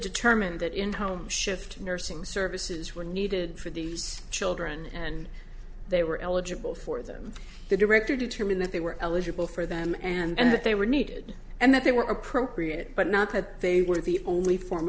determine that in home shift nursing services were needed for these children and they were eligible for them the director determined that they were eligible for them and that they were needed and that they were appropriate but not that they were the only form